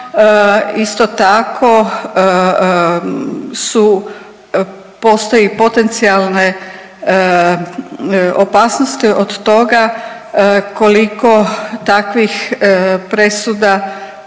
isto tako su postoji potencijalne opasnosti od toga koliko takvih presuda